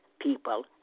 people